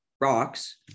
rocks